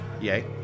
Yay